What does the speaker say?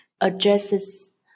addresses